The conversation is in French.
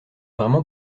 vraiment